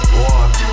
walk